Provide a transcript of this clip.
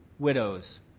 widows